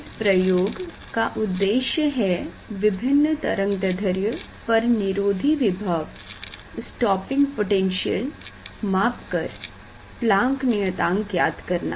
इस प्रयोग का उद्देश्य है विभिन्न तरंगदैध्र्य पर निरोधी वैभव स्टॉपिंग पोटेन्शियल माप कर प्लांक नियतांक ज्ञात करना